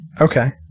Okay